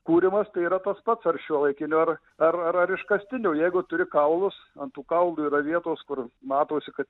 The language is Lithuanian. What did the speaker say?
kūrimas tai yra tas pats ar šiuolaikinio ar ar iškastinio jeigu turi kaulus ant tų kaulų yra vietos kur matosi kad